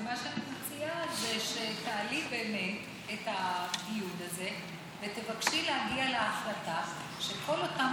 מה שאני מציעה זה שתעלי באמת את הדיון הזה ותבקשי להגיע להחלטה שכל אותם